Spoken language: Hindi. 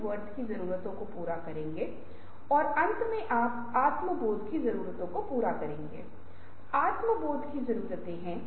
और प्रदर्शन मूल्यांकन समीक्षा में आप नवीनीकरण को कर्मचारियों के प्रदर्शन का एक हिस्सा बनाते हैं